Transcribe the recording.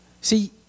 See